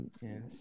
yes